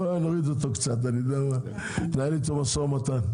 אולי נוריד אותו קצת ננהל איתו משא ומתן,